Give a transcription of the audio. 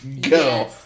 Go